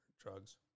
drugs